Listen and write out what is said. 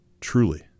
truly